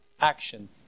action